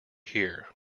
here